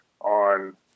on